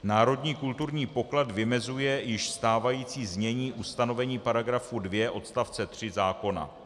Národní kulturní poklad vymezuje již stávající znění ustanovení § 2 odst. 3 zákona.